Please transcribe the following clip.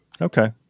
Okay